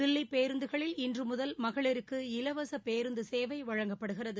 தில்லி பேருந்துகளில் இன்று முதல் மகளிருக்கு இலவச பேருந்து சேவை வழங்கப்படுகிறது